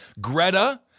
Greta